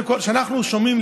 כשאנחנו שומעים,